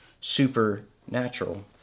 supernatural